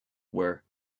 were